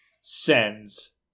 sends